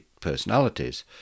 personalities